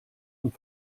und